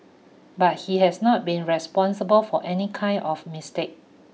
but he has not been responsible for any kind of mistake